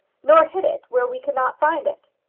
nor hid it where we could not find it?